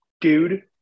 Dude